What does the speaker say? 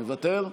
מוותר,